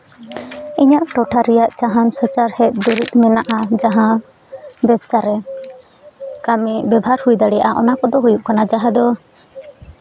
ᱤᱧᱟᱹᱜ ᱴᱚᱴᱷᱟ ᱨᱮᱭᱟᱜ ᱡᱟᱦᱟᱱ ᱥᱟᱪᱟᱨᱦᱮᱫ ᱫᱩᱨᱤᱵ ᱢᱮᱱᱟᱜᱼᱟ ᱡᱟᱦᱟᱸ ᱵᱮᱵᱽᱥᱟᱨᱮ ᱠᱟᱹᱢᱤ ᱵᱮᱵᱷᱟᱨ ᱦᱩᱭ ᱫᱟᱲᱮᱭᱟᱜᱼᱟ ᱚᱱᱟ ᱠᱚᱫᱚ ᱦᱩᱭᱩᱜ ᱠᱟᱱᱟ ᱡᱟᱦᱟᱸ ᱫᱚ